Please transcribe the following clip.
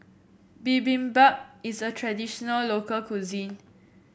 bibimbap is a traditional local cuisine